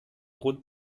rund